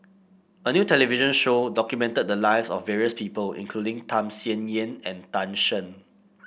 a new television show documented the lives of various people including Tham Sien Yen and Tan Shen